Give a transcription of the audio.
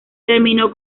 terminó